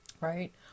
Right